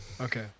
Okay